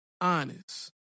honest